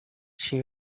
she